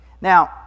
Now